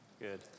Good